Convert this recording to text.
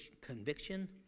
conviction